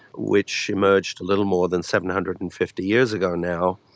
which emerged a little more than seven hundred and fifty years ago now.